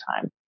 time